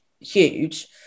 huge